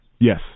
Yes